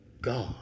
God